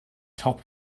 top